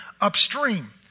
upstream